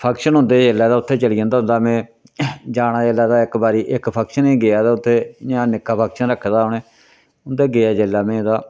function होंदे हे जेल्लै तां उत्थै चली जंदा होंदा हा में जाना जेल्लै ते इक बारी इक फंक्शन गी गेआ ते उत्थै इ'यां इक निक्का फक्शंन रक्खे दा हा उनें उंदे गेआ जेल्लै में तां